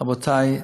רבותי,